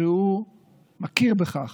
שהוא מכיר בכך